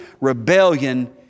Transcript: rebellion